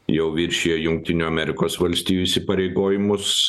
jau viršija jungtinių amerikos valstijų įsipareigojimus